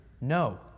No